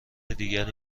دیگری